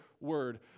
word